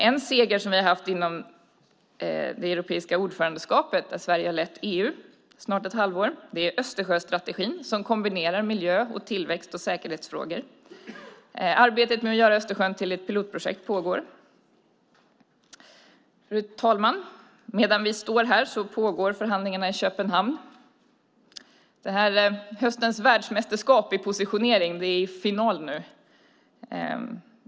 En seger som vi har haft inom det europeiska ordförandeskapet - Sverige har ju lett EU i snart ett halvår - är Östersjöstrategin, som kombinerar miljö-, tillväxt och säkerhetsfrågor. Arbetet med att göra Östersjön till ett pilotprojekt pågår. Fru ålderspresident! Medan vi står här pågår förhandlingarna i Köpenhamn. Höstens världsmästerskap i positionering är i final nu.